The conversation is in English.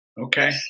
Okay